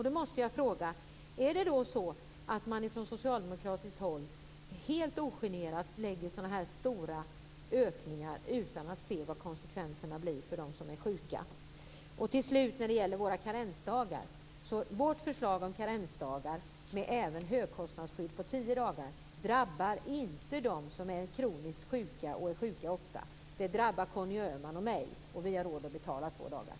Då måste jag fråga: Är det så att man från socialdemokratiskt håll helt ogenerat lägger fram förslag om stora ökningar utan att se vad konsekvenserna blir för dem som är sjuka? Till slut, när det gäller våra karensdagar: Vårt förslag om karensdagar med högkostnadsskydd på tio dagar drabbar inte dem som är kroniskt sjuka och som är sjuka ofta. Det drabbar Conny Öhman och mig, och vi har råd att betala två dagar.